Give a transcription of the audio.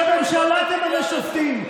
שהממשלה תמנה שופטים?